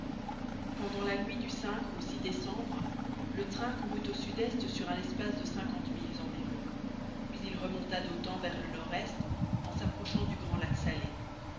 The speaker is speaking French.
pendant la nuit du au décembre le train courut au sud-est sur un espace de cinquante milles environ puis il remonta d'autant vers le nord-est en s'approchant du grand lac salé